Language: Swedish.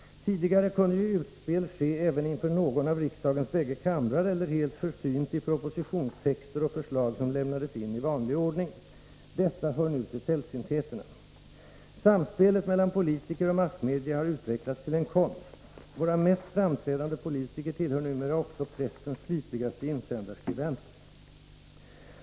Tidigare kunde ju ”utspel" ske även inför någon av riksdagens bägge kamrar eller helt försynt i propositionstexter och förslag som lämnades in i vanlig ordning. Detta hör nu till sällsyntheterna. Samspelet mellan politiker och massmedia har utvecklats till en konst. Våra mest framträdande politiker tillhör numera också pressens flitigaste insändarskribenter.